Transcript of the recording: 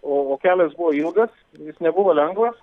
o kelias buvo ilgas jis nebuvo lengvas